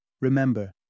Remember